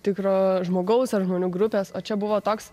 tikro žmogaus ar žmonių grupės o čia buvo toks